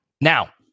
Now